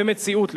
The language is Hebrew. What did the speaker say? ומציאות לחוד.